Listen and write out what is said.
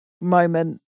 moment